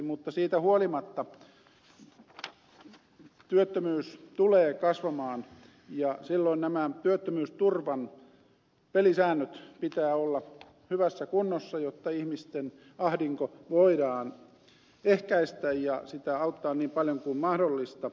mutta siitä huolimatta työttömyys tulee kasvamaan ja silloin nämä työttömyysturvan pelisäännöt pitää olla hyvässä kunnossa jotta ihmisten ahdinko voidaan ehkäistä ja sitä auttaa niin paljon kuin mahdollista